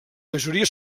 majoria